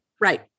Right